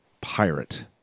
pirate